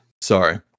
Sorry